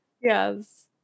Yes